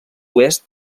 oest